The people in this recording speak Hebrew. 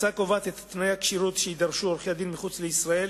ההצעה קובעת את תנאי הכשירות שיידרשו עורכי-הדין מחוץ לישראל